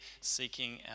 seeking